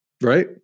Right